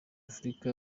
africa